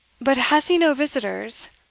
but has he no visitors?